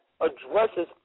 addresses